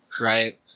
right